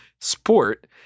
sport